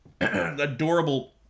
adorable